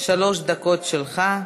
שלוש דקות שלך.